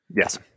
Yes